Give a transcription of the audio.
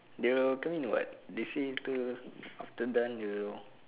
they will come in [what] they say till after done they will